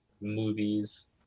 movies